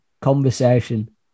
conversation